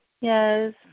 Yes